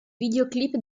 videoclip